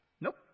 Nope